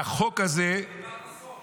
והחוק הזה --- אתה